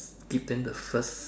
give them the first